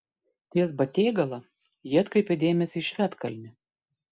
ties batėgala ji atkreipė dėmesį į švedkalnį